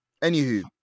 Anywho